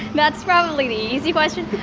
that's probably the easy question.